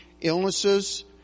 illnesses